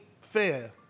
fair